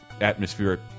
atmospheric